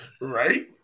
Right